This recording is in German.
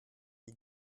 die